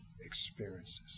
experiences